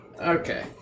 okay